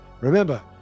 Remember